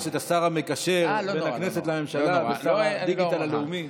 יש את השר המקשר בין הכנסת לממשלה ושר הדיגיטל הלאומי.